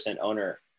owner